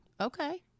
Okay